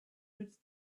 with